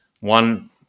one